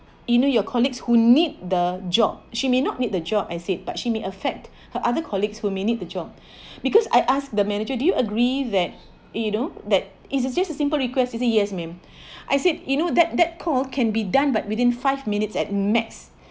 you know your colleagues who need the job she may not need the job as it but she may affect her other colleagues who may need the job because I ask the manager do you agree that you know that is is just a simple request he say yes ma'am I said you know that that call can be done by within five minutes at max